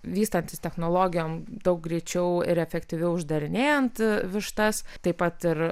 vystantis technologijom daug greičiau ir efektyviau išdarinėjant vištas taip pat ir